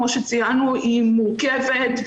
שכמו שציינו היא מורכבת,